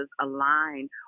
align